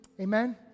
Amen